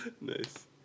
Nice